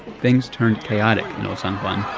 things turned chaotic in old san juan